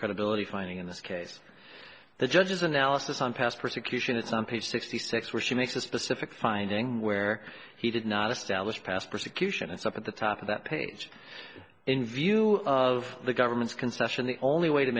credibility finding in this case the judge's analysis on past persecution it's on page sixty six which makes a specific finding where he did not establish past persecution it's up at the top of that page in view of the government's concession the only way to